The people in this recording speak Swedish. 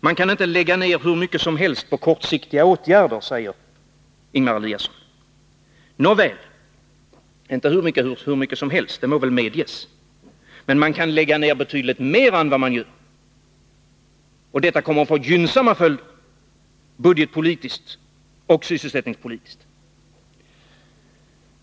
Man kan inte lägga ner hur mycket som helst på kortsiktiga åtgärder, säger Ingemar Eliasson. Nåväl — inte hur mycket som helst, det må medges. Men man kan lägga ner betydligt mer än vad man gör, och detta kommer att få gynnsamma följder budgetpolitiskt och sysselsättningspolitiskt.